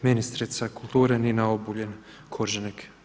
Ministrica kulture Nina Obuljen-Koržinek.